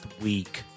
week